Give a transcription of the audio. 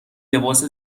لباس